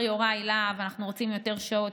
אמר יוראי להב: אנחנו רוצים יותר שעות,